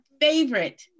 favorite